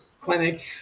clinic